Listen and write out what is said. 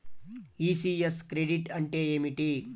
ECS credit అంటే ఏమిటి?